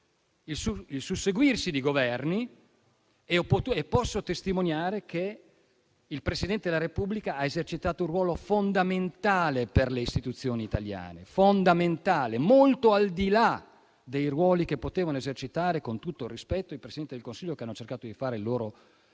il susseguirsi di Governi e posso testimoniare che il Presidente della Repubblica ha esercitato un ruolo fondamentale per le istituzioni italiane, molto al di là dei ruoli che potevano esercitare, con tutto il rispetto, i Presidenti del Consiglio che hanno cercato di fare il loro dovere